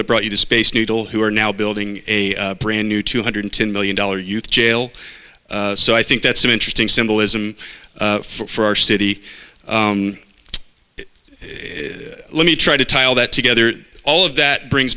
that brought you the space needle who are now building a brand new two hundred ten million dollar youth jail so i think that's an interesting symbolism for our city let me try to tie all that together all of that brings